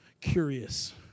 curious